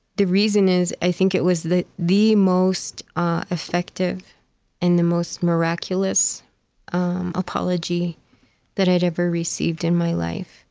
the reason is, i think it was the the most ah effective and the most miraculous um apology that i'd ever received in my life.